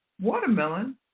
watermelon